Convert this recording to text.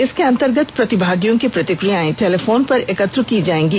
इसके अंतर्गत प्रतिभागियों की प्रतिक्रियाएं टेलीफोन पर एकत्र की जाएंगी